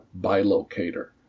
bilocator